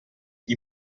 gli